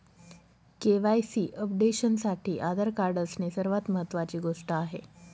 KYC अपडेशनसाठी Aadhaar card असणे सर्वात महत्वाची गोष्ट आहे